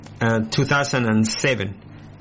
2007